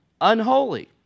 unholy